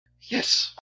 Yes